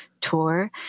tour